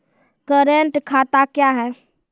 Current खाता क्या हैं?